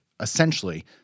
essentially